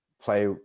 play